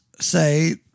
say